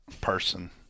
person